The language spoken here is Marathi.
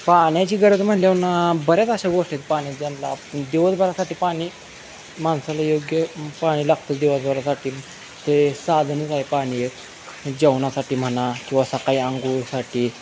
पाण्याची गरज म्हटल्यावर ना बऱ्याच अशा गोष्टीत पाणी ज्याला दिवसभरासाठी पाणी माणसाला योग्य पाणी लागतं दिवसभरासाठी ते साधनच आहे पाणी ये जेवणासाठी म्हणा किंवा सकाळी अंघोळीसाठी